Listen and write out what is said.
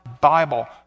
Bible